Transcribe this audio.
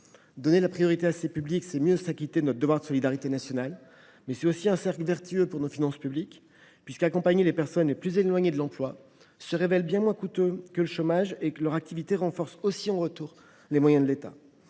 Donner la priorité à ces publics, c’est mieux s’acquitter de notre devoir de solidarité nationale, mais c’est aussi créer un cercle vertueux pour nos finances publiques. En effet, l’accompagnement des personnes les plus éloignées de l’emploi se révèle bien moins coûteux que le chômage ; en outre, l’activité de ces personnes renforce, en retour, les moyens de l’État.